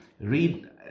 read